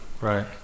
Right